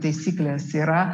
taisyklės yra